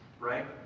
right